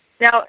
Now